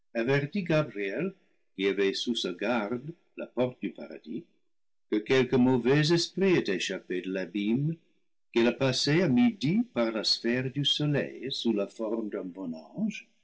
qui avait sous sa garde la porte du paradis que quelque mauvais esprit s'est échappé de l'abîme qu'il a passé à midi par la sphère du soleil sous la forme d'un bon ange